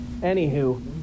Anywho